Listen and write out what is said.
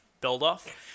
build-off